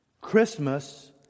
Christmas